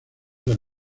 del